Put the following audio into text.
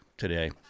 today